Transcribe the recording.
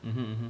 mmhmm